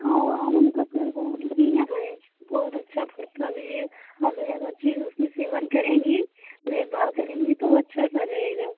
और जामुन का पेड़ बहुत बढ़िया है बहुत अच्छा पड़ता भी है आप ले जाकर उसकी सेवन करेंगी देखभाल करेंगी तो अच्छा सा रहेगा